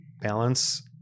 balance